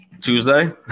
Tuesday